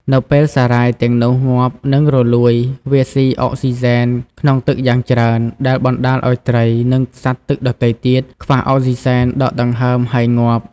នៅពេលសារ៉ាយទាំងនោះងាប់ និងរលួយ វាស៊ីអុកស៊ីហ្សែនក្នុងទឹកយ៉ាងច្រើន ដែលបណ្តាលឱ្យត្រី និងសត្វទឹកដទៃទៀតខ្វះអុកស៊ីហ្សែនដកដង្ហើម ហើយងាប់។